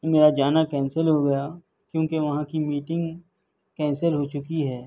میرا جانا کینسل ہو گیا کیونکہ وہاں کی میٹنگ کینسل ہو چکی ہے